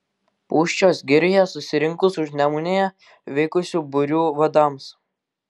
pūščios girioje susirinkus užnemunėje veikusių būrių vadams